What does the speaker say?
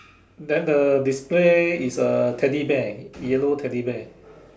then the display is a teddy bear yellow teddy bear